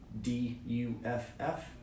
D-U-F-F